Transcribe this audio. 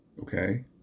okay